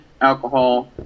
alcohol